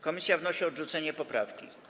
Komisja wnosi o odrzucenie poprawki.